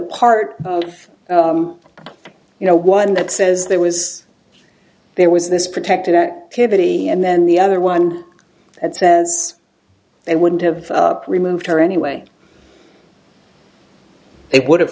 part of you know one that says there was there was this protected activity and then the other one that says they wouldn't have removed her anyway they would have